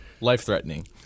Life-threatening